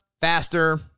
faster